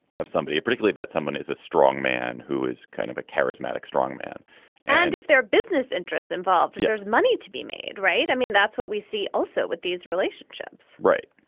somebody particularly that someone is a strong man who is kind of a charismatic strong man and if there are business interests involved yeah there's money to be made right. i mean that's what we see also with these relationships right.